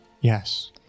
Yes